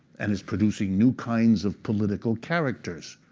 and is producing new kinds of political characters.